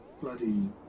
bloody